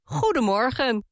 goedemorgen